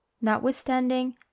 notwithstanding